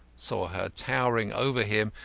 saw her towering over him,